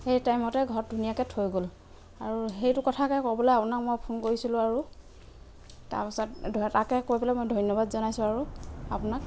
সেই টাইমতে ঘৰত ধুনীয়াকৈ থৈ গ'ল আৰু সেইটো কথাকে ক'বলৈ আপোনাক মই ফোন কৰিছিলোঁ আৰু তাৰ পাছত তাকে কৈ পেলাই মই ধন্যবাদ জনাইছোঁ আৰু আপোনাক